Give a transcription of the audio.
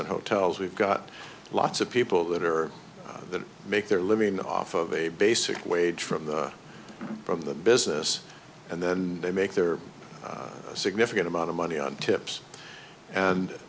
and hotels we've got lots of people that are that make their living off of a basic wage from the from the business and then they make their significant amount of money on tips and